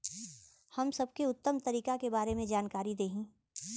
हम सबके उत्तम तरीका के बारे में जानकारी देही?